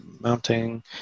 mounting